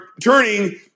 turning